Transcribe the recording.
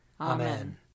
Amen